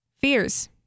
Fears